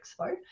expo